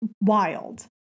wild